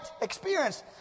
experience